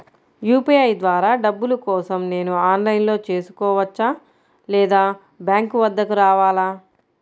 UPI ద్వారా డబ్బులు కోసం నేను ఆన్లైన్లో చేసుకోవచ్చా? లేదా బ్యాంక్ వద్దకు రావాలా?